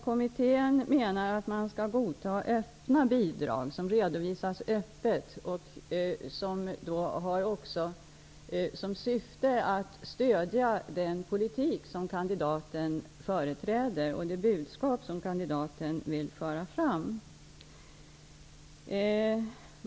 Kommittén menar att man skall godta bidrag som redovisas öppet och vars syfte är att stödja den politik som kandidaten företräder och det budskap som kandidaten vill föra fram.